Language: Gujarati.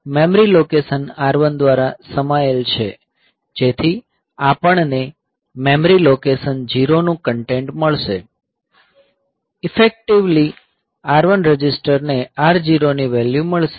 મેમરી લોકેશન R1 દ્વારા સમાયેલ છે જેથી આપણને મેમરી લોકેશન 0 નું કન્ટેન્ટ મળશે ઇફેક્ટિવલી R1 રજિસ્ટરને R0 ની વેલ્યૂ મળશે